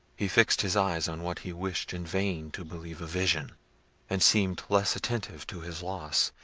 he fixed his eyes on what he wished in vain to believe a vision and seemed less attentive to his loss,